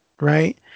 right